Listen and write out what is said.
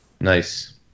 nice